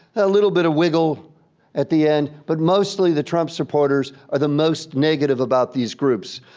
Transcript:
a little bit of wiggle at the end, but mostly the trump supporters are the most negative about these groups,